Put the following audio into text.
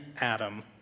Adam